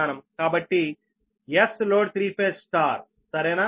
కాబట్టి Sload3∅సరేనా